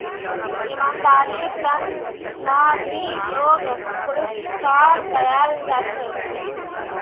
ईमानदारीर त न भी लोगक पुरुस्कार दयाल जा छेक